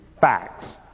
facts